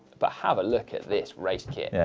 but have a look at this race kit. yeah